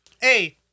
hey